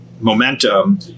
momentum